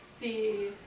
see